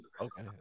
Okay